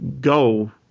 go